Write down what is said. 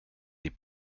des